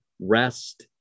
rest